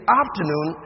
afternoon